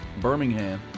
Birmingham